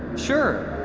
sure.